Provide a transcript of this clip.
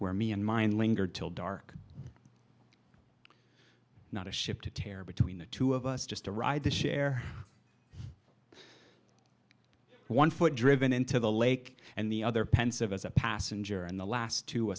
where me and mine lingered till dark not a ship to tear between the two of us just to ride the share one foot driven into the lake and the other pensive as a passenger in the last t